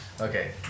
Okay